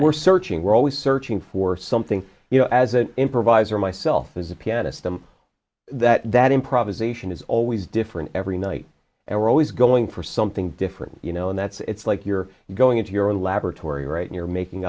we're searching we're always searching for something you know as an improviser myself as a pianist i'm that that improvisation is always different every night and we're always going for something different you know and that's it's like you're going into your laboratory right you're making